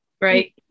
right